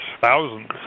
thousands